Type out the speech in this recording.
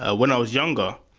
ah when i was younger,